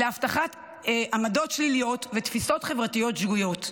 להפחתת עמדות שליליות ותפיסות חברתיות שגויות.